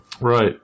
Right